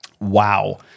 wow